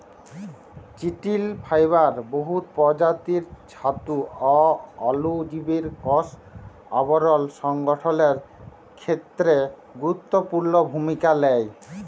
চিটিল ফাইবার বহুত পরজাতির ছাতু অ অলুজীবের কষ আবরল সংগঠলের খ্যেত্রে গুরুত্তপুর্ল ভূমিকা লেই